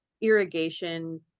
irrigation